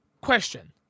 Question